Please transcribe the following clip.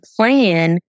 plan